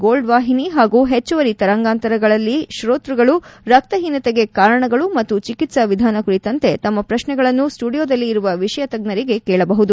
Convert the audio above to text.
gold ವಾಹಿನಿ ಹಾಗೂ ಹೆಚ್ಚುವರಿ ತರಂಗಾಂತರದಲ್ಲಿ ಶೋತ್ಯಗಳು ರಕ್ತಹೀನತೆಗೆ ಕಾರಣಗಳು ಮತ್ತು ಚಿಕಿತ್ಸಾ ವಿಧಾನ ಕುರಿತಂತೆ ತಮ್ಮ ಪ್ರಶ್ನೆಗಳನ್ನು ಸ್ಪೂಡಿಯೋದಲ್ಲಿ ಇರುವ ವಿಷಯ ತಜ್ಜರಿಗೆ ಕೇಳಬಹುದು